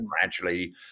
gradually